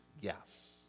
yes